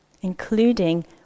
including